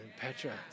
Petra